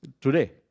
today